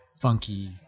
funky